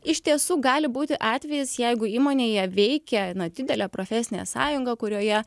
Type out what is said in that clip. iš tiesų gali būti atvejis jeigu įmonėje veikia na didelė profesinė sąjunga kurioje